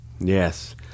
Yes